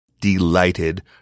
Delighted